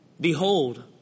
Behold